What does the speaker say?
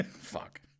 Fuck